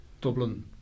dublin